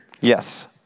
Yes